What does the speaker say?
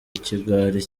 ikigwari